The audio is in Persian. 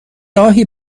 االهی